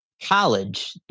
college